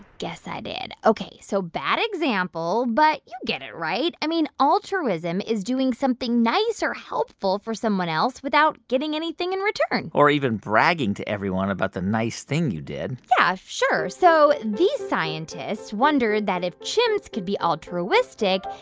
guess i did. ok, so bad example. but you get it, right? i mean, altruism is doing something nice or helpful for someone else without getting anything in return or even bragging to everyone about the nice thing you did yeah, sure. so these scientists wondered that if chimps could be altruistic,